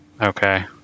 Okay